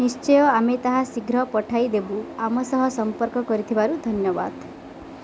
ନିଶ୍ଚୟ ଆମେ ତାହା ଶୀଘ୍ର ପଠାଇ ଦେବୁ ଆମ ସହ ସମ୍ପର୍କ କରିଥିବାରୁ ଧନ୍ୟବାଦ